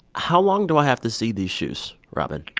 how long do i have to see these shoes, robin?